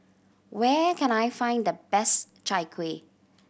where can I find the best Chai Kueh